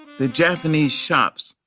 the japanese shops,